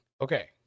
okay